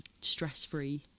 stress-free